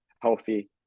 healthy